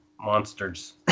monsters